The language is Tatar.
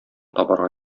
табарга